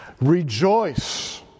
rejoice